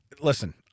listen